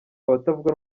abatavuga